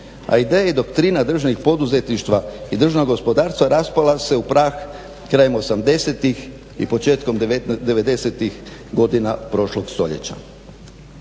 a ideja i doktrina državnih poduzetništva i državnog gospodarstva raspala se u prah krajem osamdesetih i početkom devedesetih godina prošlog stoljeća.